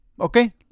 okay